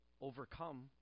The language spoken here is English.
overcome